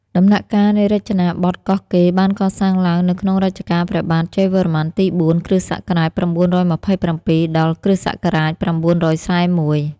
ដំណាក់កាលនៃរចនាបថកោះកេរ បានកសាងឡើងនៅក្នុងរជ្ជកាលព្រះបាទជ័យវរ្ម័នទី៤ (គ.ស. ៩២៧ ដល់ គ.ស.៩៤១)។